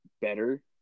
better